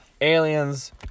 Aliens